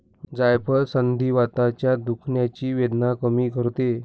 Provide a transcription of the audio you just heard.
जायफळ संधिवाताच्या दुखण्याची वेदना कमी करते